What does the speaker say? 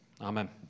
amen